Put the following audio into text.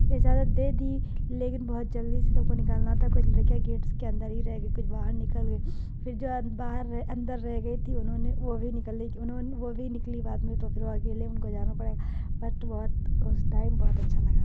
اجازت دے دی لیکن بہت جلدی سے سب کو نکلنا تھا کچھ لڑکیاں گیٹس کے اندر ہی رہ گئی کچھ باہر نکل گئی پھر جو باہر اندر رہ گئی تھی انہوں نے وہ بھی نکلے کی انہوں نے وہ بھی نکلی بعد میں تو پھر اکیلے ان کو جانا پڑا بٹ بہت اس ٹائم بہت اچھا لگا تھا